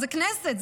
זאת הכנסת,